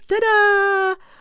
ta-da